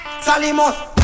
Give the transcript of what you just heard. salimos